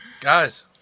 Guys